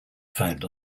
found